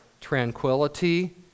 tranquility